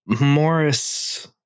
Morris